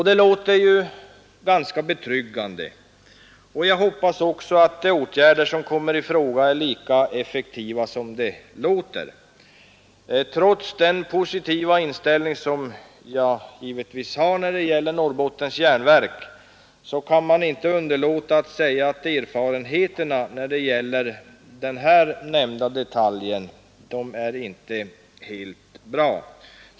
Det låter ju ganska betryggande och jag hoppas att de åtgärder som kommer i fråga är lika effektiva som det låter. Trots den positiva inställning som jag givetvis har när det gäller NJA kan jag inte underlåta att säga att erfarenheterna när det gäller den detaljen inte är helt bra.